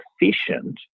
efficient